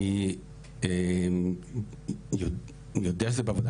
אני יודע שזה בעבודה,